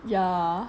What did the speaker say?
yeah